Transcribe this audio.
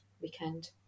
weekend